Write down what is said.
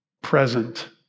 present